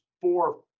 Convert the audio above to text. four